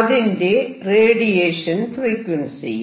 അതിന്റെ റേഡിയേഷൻ ഫ്രീക്വൻസിയും